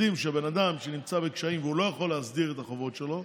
יודעים שבן אדם נמצא בקשיים ולא יכול להסדיר את החובות שלו,